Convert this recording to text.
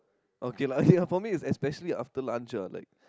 okay lah ya for me it's especially after lunch ah like